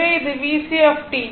எனவே இது VC